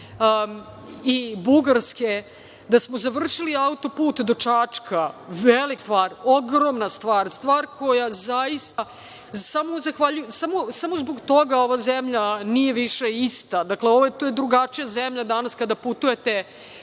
i Bugarske, da smo završili autoput do Čačka, velika stvar, ogromna stvar - samo zbog toga ova zemlja nije više ista. Dakle, to je drugačija zemlja danas kada putujete